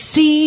See